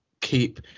keep